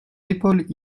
épaules